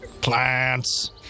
Plants